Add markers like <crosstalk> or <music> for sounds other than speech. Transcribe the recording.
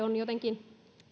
<unintelligible> on jotenkin